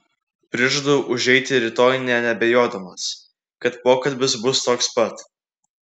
prižadu užeiti rytoj nė neabejodamas kad pokalbis bus toks pat